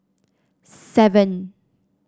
seven